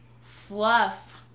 fluff